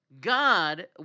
God